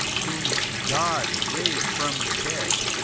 whom god raised from the dead,